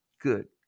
good